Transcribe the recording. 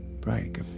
break